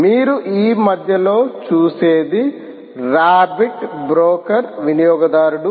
మీరు ఈ మధ్యలో చుసేది రాబ్బిట్ బ్రోకర్ వినియోగదారుడు